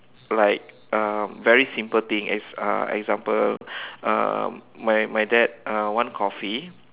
like um very simple thing as uh example um my my dad um want coffee